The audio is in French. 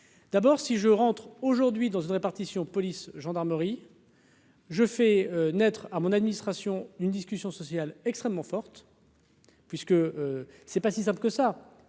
d'abord, si je rentre aujourd'hui dans une répartition, police, gendarmerie. Je fais naître à mon administration une discussion sociale extrêmement forte. Puisque c'est pas si simple que ça,